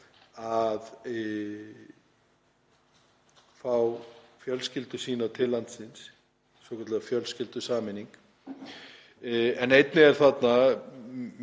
að fá fjölskyldur sínar til landsins, svokölluð fjölskyldusameining. Einnig er þarna